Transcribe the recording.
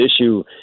issue